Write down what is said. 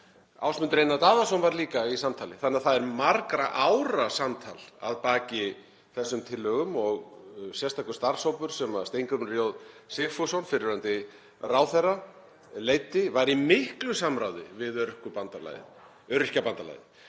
Ásmundur Einar Daðason var líka í samtali, þannig að það er margra ára samtal að baki þessum tillögum og sérstakur starfshópur sem Steingrímur J. Sigfússon, fyrrverandi ráðherra, leiddi var í miklu samráði við Öryrkjabandalagið.